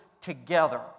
together